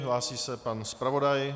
Hlásí se pan zpravodaj.